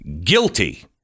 Guilty